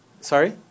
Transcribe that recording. Sorry